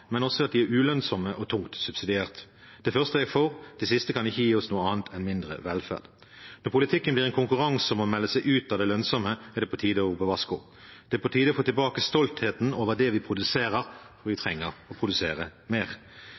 men også at de er ulønnsomme og tungt subsidiert. Det første er jeg for. De siste kan ikke gi oss noe annet enn mindre velferd. Når politikken blir en konkurranse om å melde seg ut av det lønnsomme, er det på tide å rope varsku. Det er på tide å få tilbake stoltheten over det vi produserer, og vi trenger å produsere mer.